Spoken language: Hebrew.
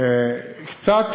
קצת